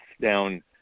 down